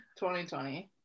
2020